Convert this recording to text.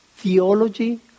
Theology